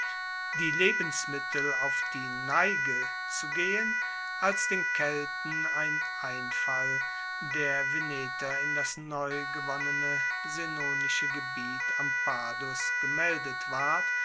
die lebensmittel auf die neige zu geben als den kelten ein einfall der veneter in das neu gewonnene senonische gebiet am padus gemeldet ward